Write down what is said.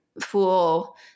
fool